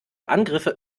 angriffe